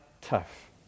tough